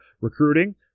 recruiting